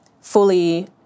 fully